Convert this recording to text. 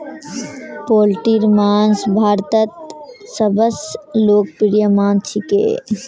पोल्ट्रीर मांस भारतत सबस लोकप्रिय मांस छिके